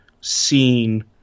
seen